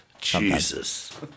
Jesus